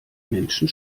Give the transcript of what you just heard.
menschen